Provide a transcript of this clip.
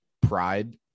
pride